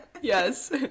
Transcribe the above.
Yes